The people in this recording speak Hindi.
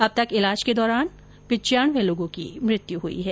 अब तक ईलाज के दौरान पिच्चानवें लोगों की मृत्यु हुई है